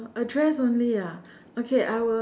address only ah okay I will